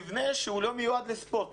מבנה שהוא לא מיועד לספורט.